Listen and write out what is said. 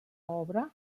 obra